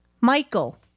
Michael